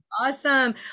Awesome